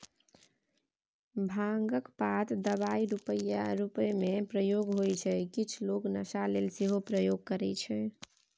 भांगक पात दबाइ रुपमे प्रयोग होइ छै किछ लोक नशा लेल सेहो प्रयोग करय छै